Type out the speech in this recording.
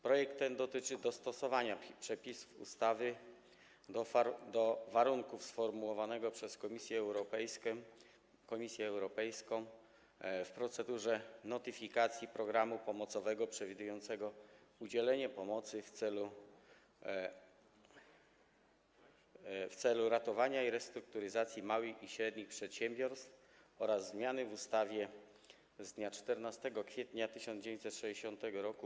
Projekt ten dotyczy dostosowania przepisów ustawy do warunków sformułowanego przez Komisję Europejską w procedurze notyfikacji „Programu pomocowego przewidującego udzielenie pomocy w celu ratowania i restrukturyzacji małych i średnich przedsiębiorców” oraz zmiany w ustawie z dnia 14 kwietnia 1960 r.